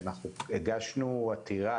אנחנו הגשנו עתירה.